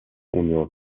union